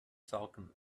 falcon